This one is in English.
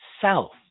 south